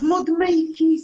כמו דמי כיס.